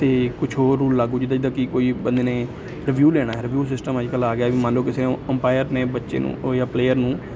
ਅਤੇ ਕੁਛ ਹੋਰ ਰੂਲ ਲਾਗੂ ਜਿੱਦਾਂ ਜਿੱਦਾਂ ਕਿ ਕੋਈ ਬੰਦੇ ਨੇ ਰਿਵਿਊ ਲੈਣਾ ਹੈ ਰਿਵਿਊ ਸਿਸਟਮ ਅੱਜ ਕੱਲ੍ਹ ਆ ਗਿਆ ਹੈ ਮੰਨ ਲਓ ਕਿਸੇ ਅੰਪਾਇਰ ਨੇ ਬੱਚੇ ਨੂੰ ਉਹ ਜਾਂ ਪਲੇਅਰ ਨੂੰ